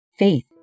Faith